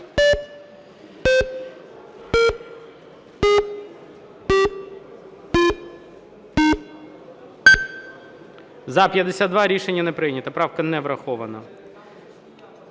За-52 Рішення не прийнято. Правка не врахована.